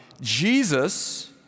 Jesus